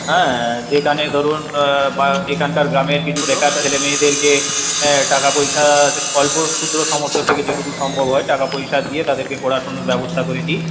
হ্যাঁ যেখানে ধরুন এখানকার গ্রামের কিছু বেকার ছেলেমেয়েদেরকে টাকাপয়সা অল্প ক্ষুদ্র সামর্থ্য থেকে যেটুকু সম্ভব হয় টাকাপয়সা দিয়ে তাদেরকে পড়াশোনার ব্যবস্থা করে দিই